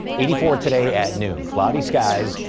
eighty four today at noon cloudy skies.